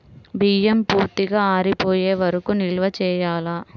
బియ్యం పూర్తిగా ఆరిపోయే వరకు నిల్వ చేయాలా?